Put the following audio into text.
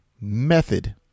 method